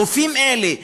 גופים אלה,